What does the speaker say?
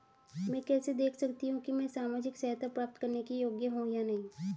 मैं कैसे देख सकती हूँ कि मैं सामाजिक सहायता प्राप्त करने के योग्य हूँ या नहीं?